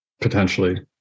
potentially